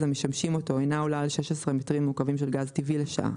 המשמשים אותו אינה עולה על 16 מטרים מעוקבים של גז טבעי לשעה."